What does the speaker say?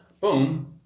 Boom